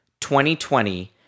2020